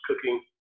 cooking